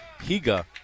Higa